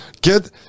get